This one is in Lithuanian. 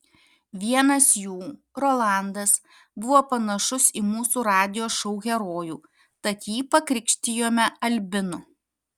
vienas jų rolandas buvo panašus į mūsų radijo šou herojų tad jį pakrikštijome albinu